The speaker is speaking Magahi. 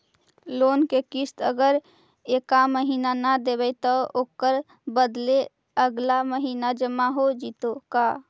लोन के किस्त अगर एका महिना न देबै त ओकर बदले अगला महिना जमा हो जितै का?